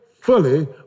fully